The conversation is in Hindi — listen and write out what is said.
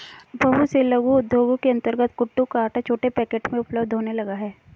बहुत से लघु उद्योगों के अंतर्गत कूटू का आटा छोटे पैकेट में उपलब्ध होने लगा है